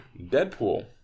Deadpool